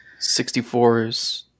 64s